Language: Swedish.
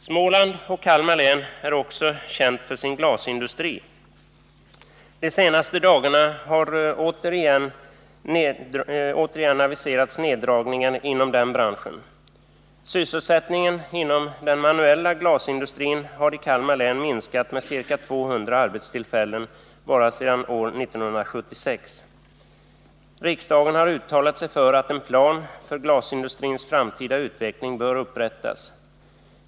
Småland och Kalmar län är också kända för sin glasindustri. Under de senaste dagarna har det återigen aviserats neddragningar inom den branschen. Sysselsättningen inom den manuella glasindustrin har i Kalmar län minskat med ca 200 arbetstillfällen bara sedan år 1976. Riksdagen har uttalat sig för att en plan för glasindustrins framtida utveckling bör upprättas.